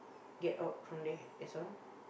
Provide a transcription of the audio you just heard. get out from there that's all lor